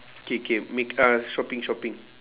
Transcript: K K make uh shopping shopping